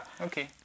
Okay